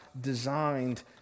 designed